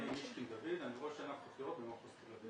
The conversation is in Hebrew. מישקין דוד, אני ראש ענף חקירות במחוז תל אביב.